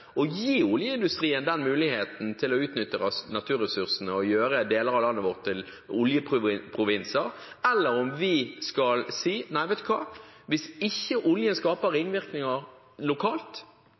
gi oljeindustrien den muligheten til å utnytte naturressursene og gjøre deler av landet vårt til oljeprovinser, eller om vi skal si: Nei, vet du hva – hvis ikke oljen skaper